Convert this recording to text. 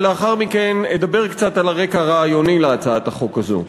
ולאחר מכן אדבר קצת על הרקע הרעיוני של הצעת החוק הזאת.